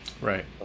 Right